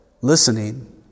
listening